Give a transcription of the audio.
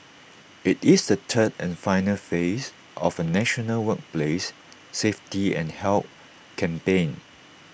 IT is the third and final phase of A national workplace safety and health campaign